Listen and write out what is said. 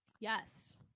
Yes